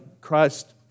Christ